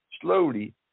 slowly